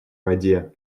воде